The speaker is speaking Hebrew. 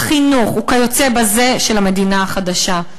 החינוך וכיוצא בזה של המדינה החדשה".